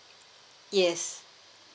yes